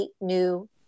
new